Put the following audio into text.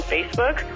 Facebook